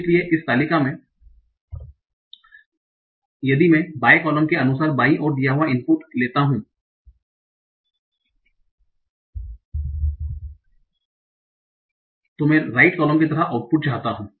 इसलिए इस तालिका में इसलिए यदि मैं बाएं कॉलम के अनुसार बाईं ओर दिया गया इनपुट लेता हूं तो मैं राइट कॉलम की तरह आउटपुट चाहता हूं